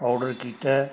order ਕੀਤਾ